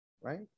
Right